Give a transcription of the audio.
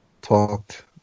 Talked